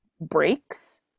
breaks